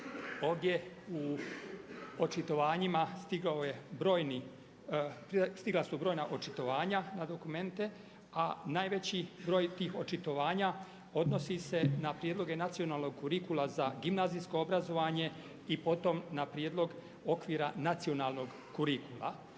je brojni, stigla su brojna očitovanja na dokumente a najveći broj tih očitovanja odnosi se na prijedloge nacionalnog kurikuluma za gimnazijsko obrazovanje i potom na prijedlog okvira nacionalnog kurikula.